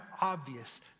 obvious